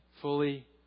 fully